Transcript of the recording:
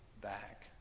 back